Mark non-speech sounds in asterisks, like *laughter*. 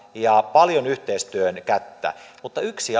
ja paljon yhteistyön kättä yksi *unintelligible*